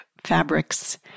Fabrics